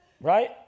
Right